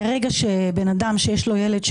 ברגע שבן אדם שיש לו ילד,